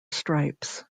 stripes